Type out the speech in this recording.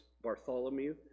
Bartholomew